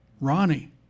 Ronnie